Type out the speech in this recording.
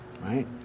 right